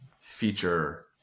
feature